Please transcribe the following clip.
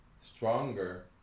stronger